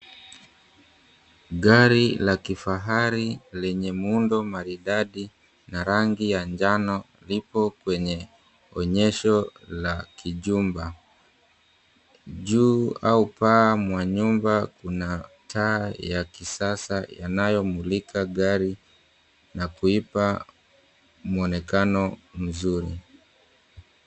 Gari la kifahari lenye muundo maridadi ba rangi ya njano liko kwenye onyesho la kijumba. Juu au paa mwa nyumba kuna taa ya kisasa yanayomulika gari na kuipa muonekano mzuri.